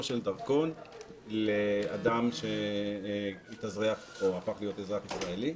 של דרכון לאדם שהפך להיות אזרח ישראל.